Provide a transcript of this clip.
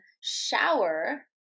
shower